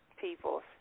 people